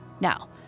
Now